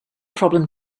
problem